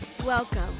Welcome